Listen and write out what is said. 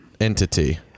entity